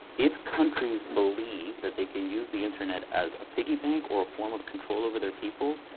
if countries believe that they can use the internet as a piggy bank or a form of control over their people,